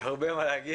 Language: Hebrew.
יש לי הרבה מה להגיד